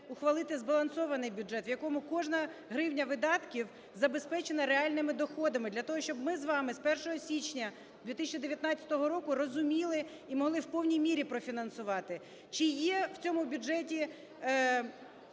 ухвалити збалансований бюджет, у якому кожна гривня видатків забезпечена реальними доходами, для того щоб ми з вами з 1 січня 2019 року розуміли і могли в повній мірі профінансувати. Чи є в цьому бюджеті